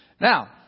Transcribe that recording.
Now